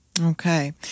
Okay